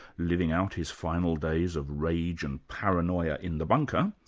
living out his final days of rage and paranoia in the bunker,